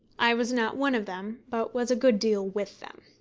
i was not one of them, but was a good deal with them.